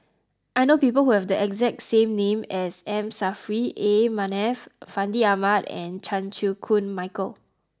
I know people who have the exact name as M Saffri A Manaf Fandi Ahmad and Chan Chew Koon Michael